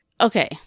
Okay